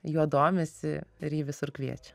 juo domisi ir jį visur kviečia